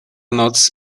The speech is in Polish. noc